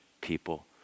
people